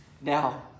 Now